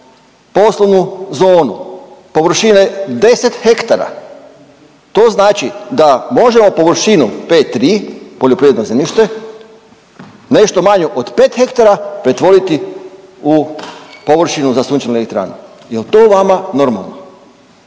poslovnu zonu površine 10 hektara to znači da možemo površinu P3 poljoprivredno zemljište nešto manju od 5 hektara pretvoriti u površinu za sunčane elektrane, jel to vama normalno?